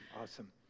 Awesome